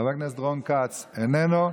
חבר הכנסת רון כץ, איננו.